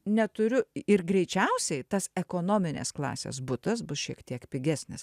neturiu ir greičiausiai tas ekonominės klasės butas bus šiek tiek pigesnis